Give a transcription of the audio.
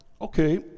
okay